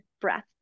breath